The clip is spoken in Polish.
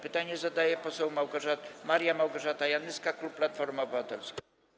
Pytanie zada poseł Maria Małgorzata Janyska, klub Platforma Obywatelska.